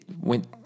went